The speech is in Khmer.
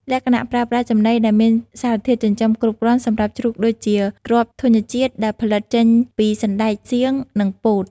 លក្ខណៈ ប្រើប្រាស់ចំណីដែលមានសារធាតុចិញ្ចឹមគ្រប់គ្រាន់សម្រាប់ជ្រូកដូចជា គ្រាប់ធញ្ញជាតិដែលផលិតចេញពីសណ្ដែកសៀង និងពោត។